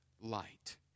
light